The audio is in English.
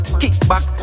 kickback